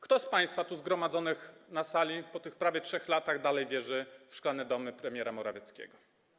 Kto z państwa tu zgromadzonych na sali po tych prawie 3 latach dalej wierzy w szklane domy premiera Morawieckiego?